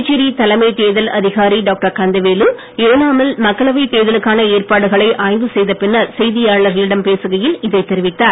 புதுச்சேரி தலைமை தேர்தல் அதிகாரி டாக்டர் கந்தவேலு ஏனாமில் மக்களவை தேர்தலுக்கான ஏற்பாடுகளை ஆய்வு செய்த பின்னர் செய்தியாளர்களிடம் பேசுகையில் இதைத் தெரிவித்தார்